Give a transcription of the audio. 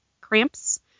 cramps